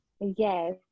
Yes